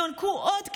יוענקו עוד כלים,